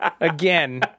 Again